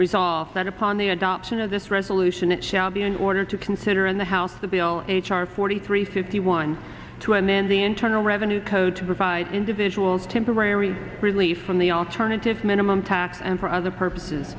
resolves that upon the adoption of this resolution it shall be in order to consider in the house of the bill h r forty three fifty one two and then the internal revenue code to provide individuals temporary relief from the alternative minimum tax and for other purposes